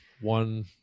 One